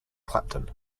clapton